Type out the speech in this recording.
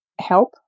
help